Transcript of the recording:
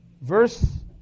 verse